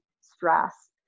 stress